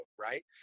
right